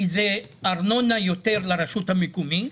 כי זו יותר ארנונה לרשות המקומית,